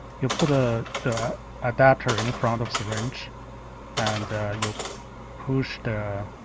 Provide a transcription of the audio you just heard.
you put ah the adapter in front of syringe and you push the